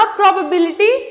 probability